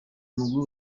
mugwi